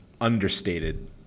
understated